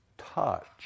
Touch